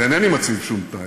ואינני מציב שום תנאי,